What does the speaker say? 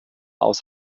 aus